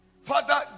Father